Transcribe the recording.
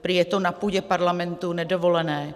Prý je to na půdě parlamentu nedovolené.